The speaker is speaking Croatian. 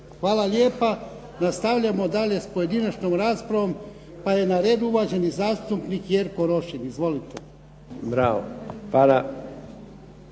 Hvala lijepa. Nastavljamo dalje s pojedinačnom raspravom pa je na redu uvaženi zastupnik Jerko Rošin. Izvolite.